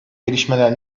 gelişmeler